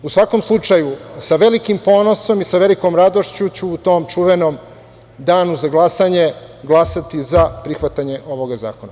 U svakom slučaju, sa velikim ponosom i sa velikom radošću ću u tom čuvenom danu za glasanje glasati za prihvatanje ovog zakona.